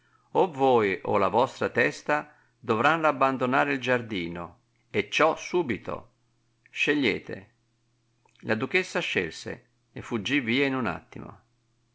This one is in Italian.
o voi o la vostra testa dovranno abbandonare il giardino e ciò subito scegliete la duchessa scelse e fuggì via in un attimo